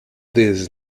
these